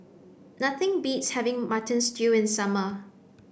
nothing beats having mutton stew in summer